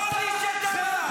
כל מי שתמך.